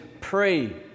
pray